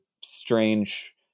strange